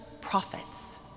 prophets